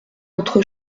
autre